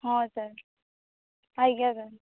ହଁ ସାର୍ ଆଜ୍ଞା ସାର୍